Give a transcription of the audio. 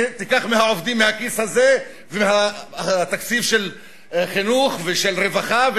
מהעובדים מהכיס הזה ומהתקציב של חינוך ורווחה,